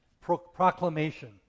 proclamation